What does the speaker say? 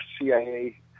CIA